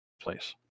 place